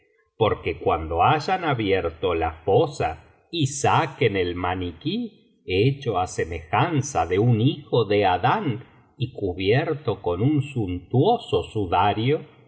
porque cuando hayan abierto la fosa y saquen el maniquí hecho á semejanza de un hijo de adán y cubierto con un suntuoso sudario si